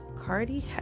Cardi